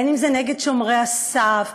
בין אם זה נגד שומרי הסף,